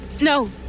No